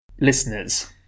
Listeners